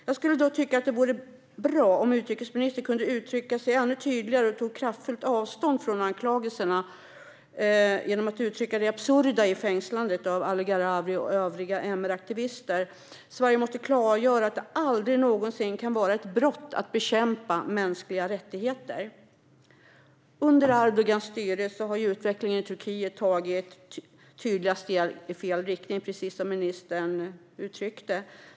Jag tycker dock att det vore bra om utrikesministern kunde uttrycka sig ännu tydligare och ta kraftfullt avstånd från anklagelserna genom att uttrycka det absurda i fängslandet av Ali Gharavi och övriga MR-aktivister. Sverige måste klargöra att det aldrig någonsin kan vara ett brott att kämpa för mänskliga rättigheter. Under Erdogans styre har utvecklingen i Turkiet tagit tydliga steg i fel riktning, precis som ministern uttryckte.